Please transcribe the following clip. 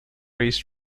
race